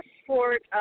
support